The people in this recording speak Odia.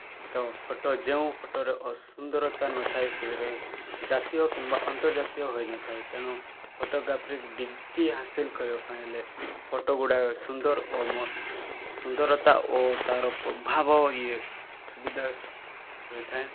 ଫଟୋ ଫଟୋ ଯେଉଁ ଫଟୋରେ ଅସୁନ୍ଦରତା ନଥାଏ ସେଥିରେ ଜାତୀୟ କିମ୍ବା ଅନ୍ତର୍ଜାତୀୟ ହୋଇନଥାଏ ତେଣୁ ଫଟୋଗ୍ରାଫି ଡିଗ୍ରୀ ହାସିଲ୍ କରିବା ପାଇଁ ହେଲେ ଫୋଟୋଗୁଡ଼ାକ ସୁନ୍ଦର ଓ ସୁନ୍ଦରତା ଓ ତାର ଭାବ ଇଏ ସୁବିଧା ରହିଥାଏ